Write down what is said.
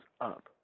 up